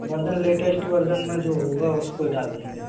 version latest version में जो होगा उसको ही डाल देंगे